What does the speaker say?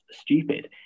stupid